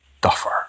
Duffer